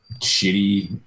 shitty